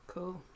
Cool